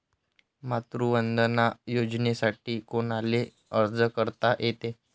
मातृवंदना योजनेसाठी कोनाले अर्ज करता येते?